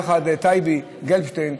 טייבי גלבשטיין,